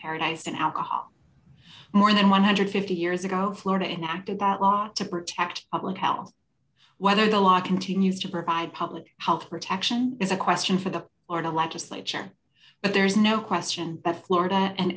paradise and alcohol more than one hundred and fifty years ago florida enacted that law to protect public health whether the law continues to provide public health protection is a question for the or the legislature but there's no question that florida and